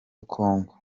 congo